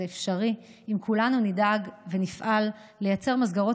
זה אפשרי אם כולנו נדאג ונפעל לייצר מסגרות